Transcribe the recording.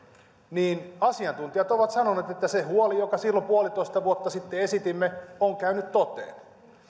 niin asiantuntijat ovat sanoneet että se huoli jonka silloin puolitoista vuotta sitten esitimme on käynyt toteen